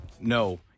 No